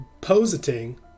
positing